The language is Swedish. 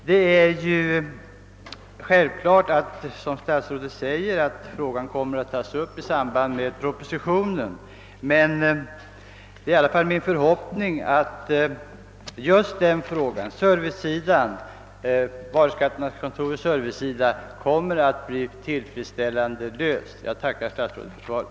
Det är självklart att, som statsrådet säger, frågan kommer att tas upp i propositionen. Men jag vill i alla fall uttala förhoppningen att verksamheten på varuskattekontorens servicesida kommer att bli tillfredsställande. Jag tackar än en gång statsrådet för svaret.